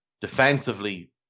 Defensively